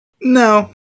No